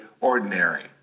ordinary